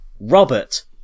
Robert